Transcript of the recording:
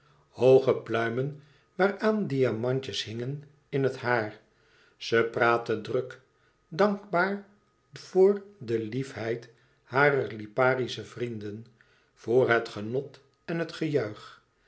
hooge pluimen waaraan diamantjes hingen in het haar ze praatte druk dank baar voor de liefheid harer liparische vrienden voor het genot en het gejuich